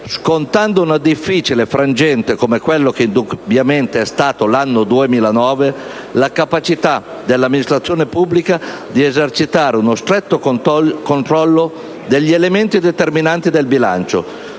scontando un difficile frangente come quello che indubbiamente è stato l'anno 2009, la capacità dell'amministrazione pubblica di esercitare uno stretto controllo degli elementi determinanti del bilancio